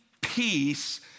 peace